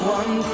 one